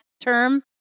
term